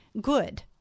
good